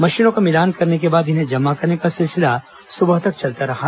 मशीनों का मिलान करने के बाद इन्हें जमा करने का सिलसिला सुबह तक चलता रहा